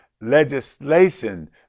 legislation